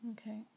okay